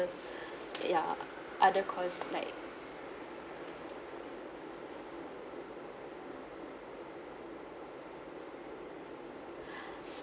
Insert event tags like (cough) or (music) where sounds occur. ya other cost like (breath)